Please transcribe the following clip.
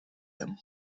him